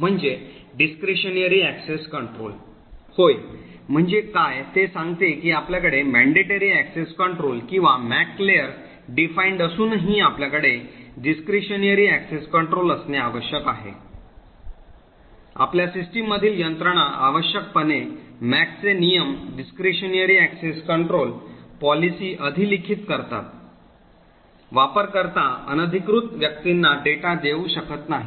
म्हणजे Discretionary access control होय म्हणजे काय ते सांगते की आपल्याकडे mandatory access control किंवा MAC layer परिभाषित असूनही आपल्याकडे Discretionary access control असणे आवश्यक आहे आपल्या सिस्टम मधील यंत्रणा आवश्यक पणे मॅकचे नियम discretionary access control पॉलिसी अधि लिखित करतात वापर कर्ता अनधिकृत व्यक्तींना डेटा देऊ शकत नाही